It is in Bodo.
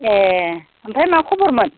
ए ओमफ्राय मा खबरमोन